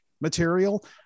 material